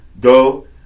go